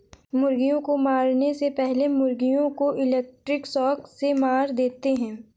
मुर्गियों को मारने से पहले मुर्गियों को इलेक्ट्रिक शॉक से मार देते हैं